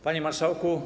Panie Marszałku!